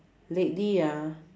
lately ah